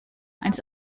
einst